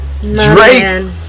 drake